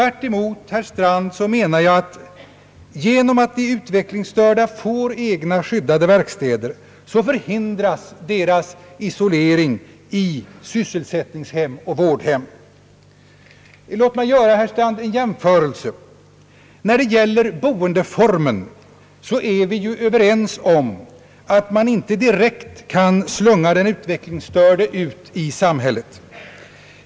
Gentemot herr Strand menar jag att genom att de utvecklingsstörda får egna skyddade verkstäder förhindras deras isolering i sysselsättningshem och vårdhem. Låt mig, herr Strand, göra en jämförelse! När det gäller boendeformen är vi överens om att man inte direkt kan slunga den utvecklingsstörde ut i samhället.